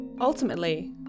Ultimately